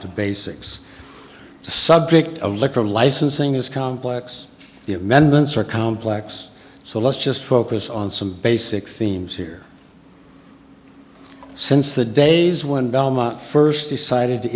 to basics the subject of liquor licensing is complex the amendments are complex so let's just focus on some basic themes here since the days when belmont first decided to